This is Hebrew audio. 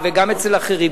וגם אצלך וגם אצל אחרים.